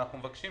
ואנחנו מבקשים